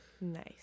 Nice